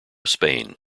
spain